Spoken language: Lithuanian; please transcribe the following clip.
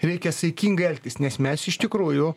reikia saikingai elgtis nes mes iš tikrųjų